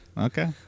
okay